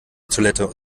toilette